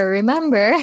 remember